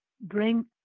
bring